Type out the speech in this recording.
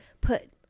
put